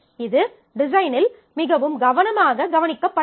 இது டிசைனில் மிகவும் கவனமாக கவனிக்கப்பட வேண்டும்